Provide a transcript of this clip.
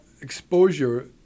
exposure